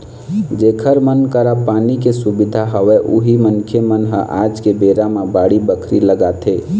जेखर मन करा पानी के सुबिधा हवय उही मनखे मन ह आज के बेरा म बाड़ी बखरी लगाथे